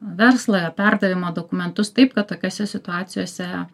verslą perdavimo dokumentus taip kad tokiose situacijose